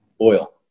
oil